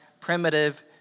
primitive